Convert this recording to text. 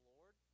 Lord